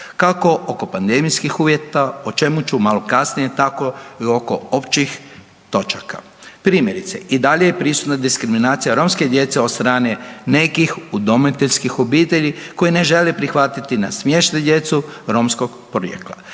kako oko pandemijskih uvjeta, o čemu ću malo kasnije, tako oko općih točaka. Primjerice, i dalje je prisutna diskriminacija romske djece od strane nekih udomiteljskih obitelji koji ne žele prihvatiti na smještaj djecu romskog porijekla.